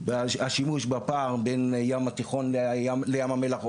השימוש בפער בין ים התיכון לים המלח,